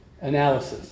analysis